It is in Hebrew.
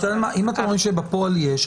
אם אתם אומרים שבפועל יש,